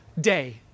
day